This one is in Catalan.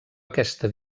aquesta